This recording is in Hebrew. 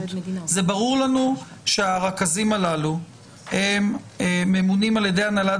זה ברור לנו שהרכזים הללו ממונים על ידי הנהלת